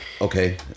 okay